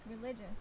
religious